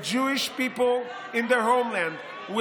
חבר הכנסת יוראי להב הרצנו, חבר הכנסת נאור שירי.